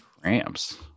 cramps